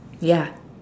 ya